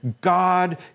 God